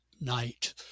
night